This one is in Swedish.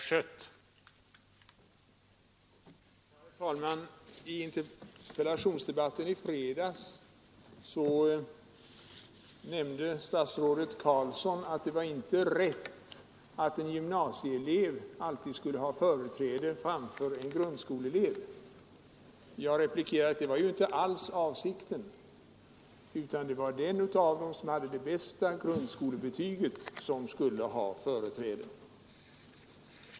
Herr talman! I interpellationsdebatten i fredags nämnde statsrådet Carlsson att det inte var rätt att en gymnasieelev alltid skulle ha företräde framför en grundskoleelev. Jag replikerade att detta inte alls var vår avsikt, utan att den av de båda som hade det bästa grundskolebetyget skulle ha företräde.